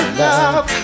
love